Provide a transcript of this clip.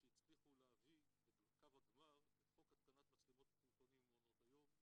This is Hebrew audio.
שהצליחו להביא לקו הגמר את חוק התקנת מצלמות בפעוטונים ובמעונות היום.